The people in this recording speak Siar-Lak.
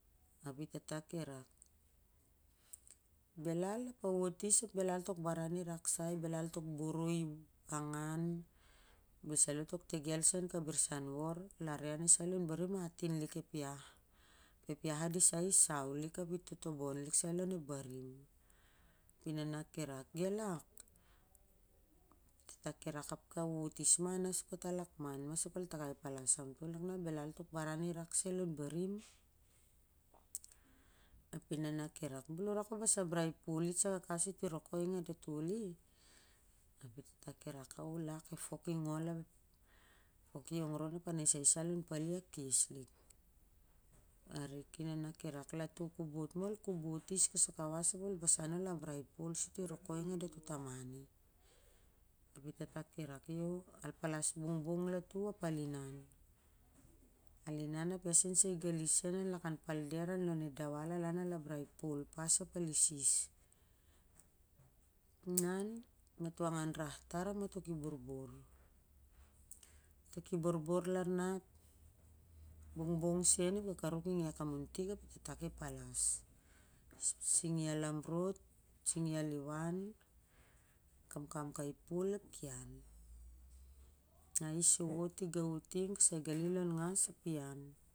Ap i e tata i rak, belal ap i a wot is ap belal tok baran i rak sai belal tok boroi, angan bel salo tok tegel sai an kabrisan wor ia nisai lon barim atin lik ep iah ap ep iah a nisai lon barim atin lik ep iah ap ep iah a disai i sau lik ap i totoboi lik sai lon barim, ap i e nana ki rak geh lak ap takai palas ap tol kanak belal tok, barau i rak sai lon barim ap i e nana ki tal bel u rak ol bos am brai pol it sai ga kawas sur ti rokoi nga da toli, ap i e tata ki rak ao lak ep fok i kol ap a nisai sa lon pale a keslik arik latu kobot ma ol kobot sur ol nos sur ti boroi nga da toh taman i ap i e tata ki rak io al palas bongbong latu ap a an al in ap ian sen nisai sen gali sen an lakan palder lon a dawal al ambrai pol pas ap al isis inan mato ngan rah tar ap mato ki borbor mato ki borbor larna ap bongbong sen ep kakaruk i amuntik ngeh ap e tata ki palas singi a lam rot, a liwan kamkam kai po ap ki an na